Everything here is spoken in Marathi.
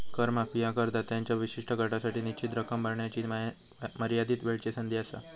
कर माफी ह्या करदात्यांच्या विशिष्ट गटासाठी निश्चित रक्कम भरण्याची मर्यादित वेळची संधी असा